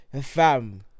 Fam